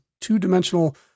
two-dimensional